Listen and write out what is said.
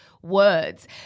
words